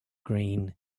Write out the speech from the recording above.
green